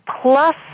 plus